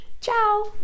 Ciao